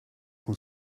who